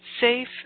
safe